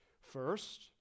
first